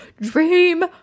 Dream